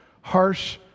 harsh